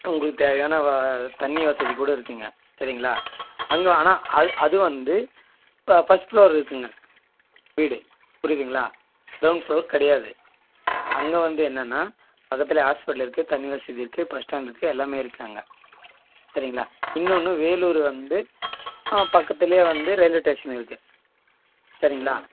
உங்களுக்கு தேவையான தண்ணி வசதி கூட இருக்குங்க சரிங்களா அங்கே ஆனால் அ அது வந்து ஃபர்ஸ்ட் ஃப்ளோர் இருக்குங்க வீடு புரியுதுங்களா கிரௌண்ட் ஃப்ளோர் கிடையாது அங்கே வந்து என்னென்னா பக்கத்திலே ஹாஸ்பிட்டல் இருக்குது தண்ணி வசதி இருக்குது பஸ் ஸ்டாண்ட் இருக்குது எல்லாமே இருக்காங்க சரிங்களா இன்னொன்னும் வேலூர் வந்து பக்கத்திலே வந்து ரயில்வே ஸ்டேஷன் இருக்குது சரிங்களா